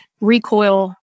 recoil